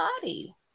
body